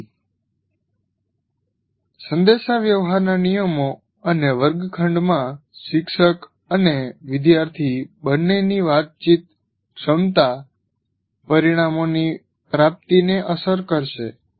તેથી સંદેશાવ્યવહારના નિયમો અને વર્ગખંડમાં શિક્ષક અને વિદ્યાર્થી બંનેની વાતચીત ક્ષમતા પરિણામોની પ્રાપ્તિને અસર કરશે